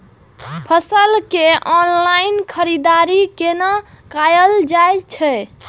फसल के ऑनलाइन खरीददारी केना कायल जाय छै?